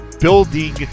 building